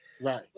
Right